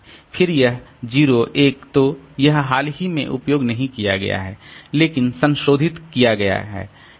फिर यह 0 1 तो यह हाल ही में उपयोग नहीं किया गया है लेकिन संशोधित क्या गया है ठीक है